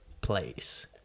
place